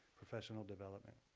professional development.